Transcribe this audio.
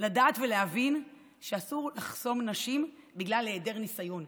לדעת ולהבין שאסור לחסום נשים בגלל היעדר ניסיון.